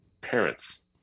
parents